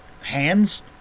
hands